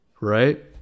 right